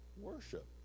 worship